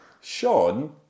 Sean